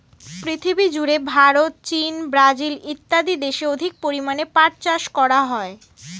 পৃথিবীজুড়ে ভারত, চীন, ব্রাজিল ইত্যাদি দেশে অধিক পরিমাণে পাট চাষ করা হয়